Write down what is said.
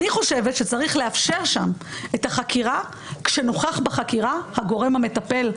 אני חושבת שצריך לאפשר שם את החקירה כשנוכח בחקירה הגורם המטפל.